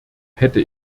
hätte